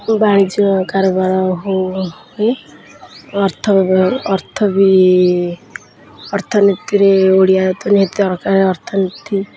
ବାଣିଜ୍ୟ କାରବାର ହଉ ହୁଏ ଅର୍ଥ ବେବ ଅର୍ଥ ବି ଅର୍ଥନୀତିରେ ଓଡ଼ିଆ ଦରକାର ଅର୍ଥନୀତି